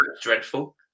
dreadful